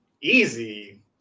easy